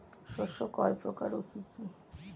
শস্য কয় প্রকার কি কি?